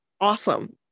Awesome